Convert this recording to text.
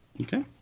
Okay